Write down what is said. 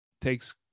takes